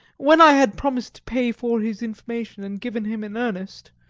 when i had promised to pay for his information and given him an earnest,